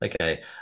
okay